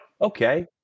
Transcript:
okay